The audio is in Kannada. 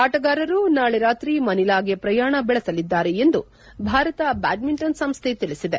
ಆಟಗಾರರು ನಾಳೆ ರಾತ್ರಿ ಮನಿಲಾಗೆ ಪ್ರಯಾಣ ಬೆಳೆಸಲಿದ್ದಾರೆ ಎಂದು ಭಾರತ ಬ್ಯಾಡ್ಮಿಂಟನ್ ಸಂಸ್ಟೆ ತಿಳಿಸಿದೆ